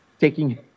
taking